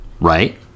right